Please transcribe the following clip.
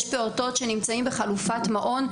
יש פעוטות שנמצאים בחלופת מעון,